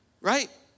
Right